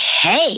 hey